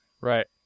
Right